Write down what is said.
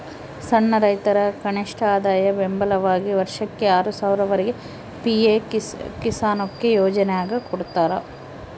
ಸಣ್ಣ ರೈತರ ಕನಿಷ್ಠಆದಾಯ ಬೆಂಬಲವಾಗಿ ವರ್ಷಕ್ಕೆ ಆರು ಸಾವಿರ ವರೆಗೆ ಪಿ ಎಂ ಕಿಸಾನ್ಕೊ ಯೋಜನ್ಯಾಗ ಕೊಡ್ತಾರ